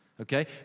okay